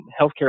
healthcare